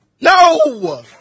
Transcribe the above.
No